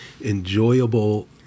enjoyable